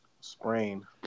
Sprain